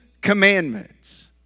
commandments